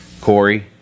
Corey